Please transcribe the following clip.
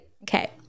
Okay